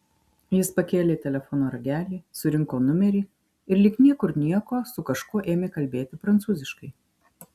jis pakėlė telefono ragelį surinko numerį ir lyg niekur nieko su kažkuo ėmė kalbėti prancūziškai